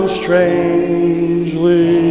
strangely